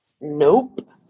Nope